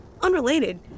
Unrelated